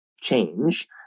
change